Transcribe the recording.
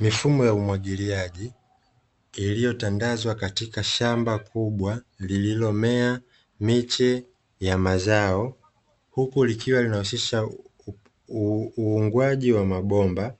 Mifumo ya umwagiliaji iliyotandazwa katika shamba kubwa lililomea miche ya mazao, huku likiwa linahusisha uungwaji wa mabomba